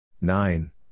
Nine